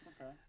Okay